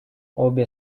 обе